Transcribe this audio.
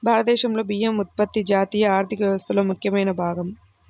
భారతదేశంలో బియ్యం ఉత్పత్తి జాతీయ ఆర్థిక వ్యవస్థలో ముఖ్యమైన భాగం